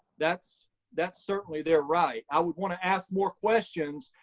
that's that's certainly there, right. i would wanna ask more questions.